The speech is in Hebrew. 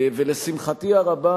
ולשמחתי הרבה,